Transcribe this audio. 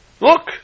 Look